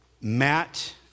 Matt